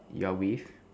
you're with